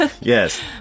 yes